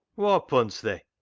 whoa punced thi,